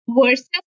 versus